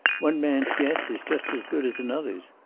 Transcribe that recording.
one man's guess is just as good as another's.